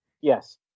Yes